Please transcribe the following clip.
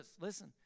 listen